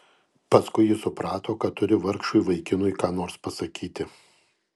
paskui ji suprato kad turi vargšui vaikinui ką nors pasakyti